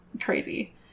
crazy